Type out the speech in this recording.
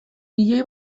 milioi